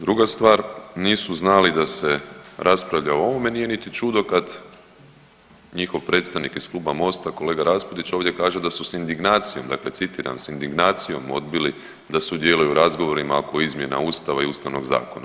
Druga stvar nisu znali da se raspravlja o ovome, nije niti čudo kad njihov predstavnik iz Kluba MOST-a kolega Raspudić ovdje kaže da su s indignacijom, dakle citiram s indignacijom odbili da sudjeluju u razgovorima oko izmjena Ustava i Ustavnog zakona.